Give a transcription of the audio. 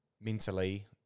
mentally